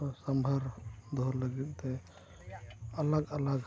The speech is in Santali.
ᱚᱥᱟᱵᱷᱟᱨ ᱫᱚᱦᱚ ᱞᱟᱹᱜᱤᱫᱛᱮ ᱟᱞᱟᱜ ᱟᱞᱟᱜ